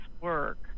work